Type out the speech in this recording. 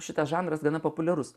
šitas žanras gana populiarus